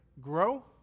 grow